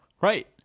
Right